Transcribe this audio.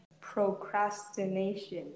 Procrastination